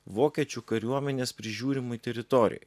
vokiečių kariuomenės prižiūrimoj teritorijoj